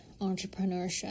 entrepreneurship